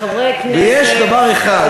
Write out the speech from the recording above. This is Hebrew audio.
חברי הכנסת,